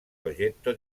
progetto